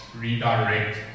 redirect